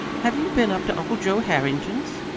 have you been up to uncle joe harrington's?